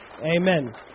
Amen